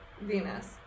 Venus